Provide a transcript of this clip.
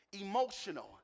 Emotional